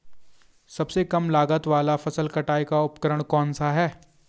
सबसे कम लागत वाला फसल कटाई का उपकरण कौन सा है?